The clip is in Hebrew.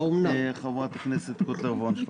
חברת הכנסת מיכל קוטלר וונש.